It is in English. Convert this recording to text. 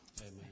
Amen